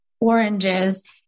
oranges